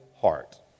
heart